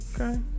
Okay